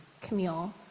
Camille